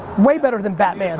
way better than batman.